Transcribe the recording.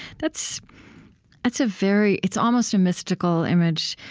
that's that's a very it's almost a mystical image.